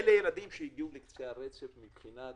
אלה ילדים שהגיעו לקצה הרצף מבחינת